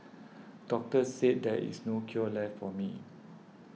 doctors said there is no cure left for me